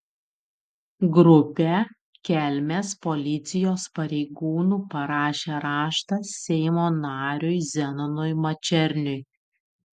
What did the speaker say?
grupė kelmės policijos pareigūnų parašė raštą seimo nariui zenonui mačerniui